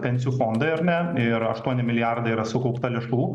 pensijų fondai ar ne ir aštuoni milijardai yra sukaupta lėšų